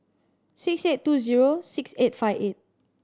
six eight two zero six eight five eight